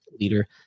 leader